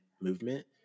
movement